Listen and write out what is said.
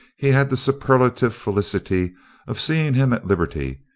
he had the superlative felicity of seeing him at liberty,